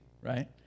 right